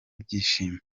ibyishimo